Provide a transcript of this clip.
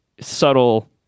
subtle